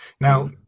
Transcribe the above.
now